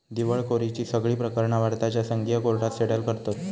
दिवळखोरीची सगळी प्रकरणा भारताच्या संघीय कोर्टात सेटल करतत